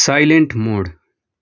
silent mode